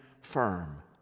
firm